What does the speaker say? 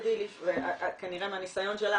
וכנראה מהניסיון שלך,